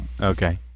Okay